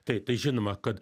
tai tai žinoma kad